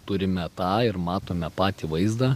turime tą ir matome patį vaizdą